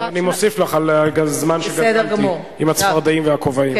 אני מוסיף לך על הזמן שגזלתי עם הצפרדעים והכובעים.